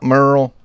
Merle